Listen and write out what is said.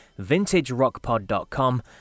VintageRockPod.com